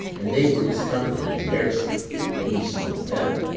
and they were discomfited in their sight, and he smote them